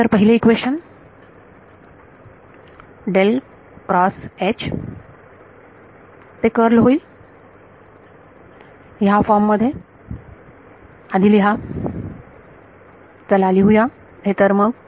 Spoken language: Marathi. तर पहिले इक्वेशन ते कर्ल होईल ह्या फॉर्म मध्ये आधी लिहा चला लिहूया हे तर मग